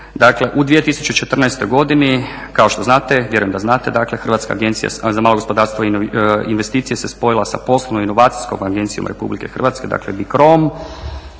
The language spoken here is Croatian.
Dakle, u 2014. godini kao što znate, vjerujem da znate Hrvatska agencija za malo gospodarstvo i investicije se spojila sa Poslovno inovacijskom agencijom Republike Hrvatske, dakle BICRO-om.